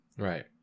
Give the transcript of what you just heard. Right